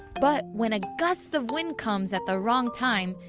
but, when a gust of wind comes at the wrong time,